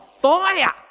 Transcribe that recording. fire